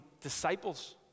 disciples